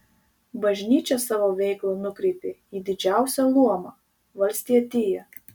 bažnyčia savo veiklą nukreipė į didžiausią luomą valstietiją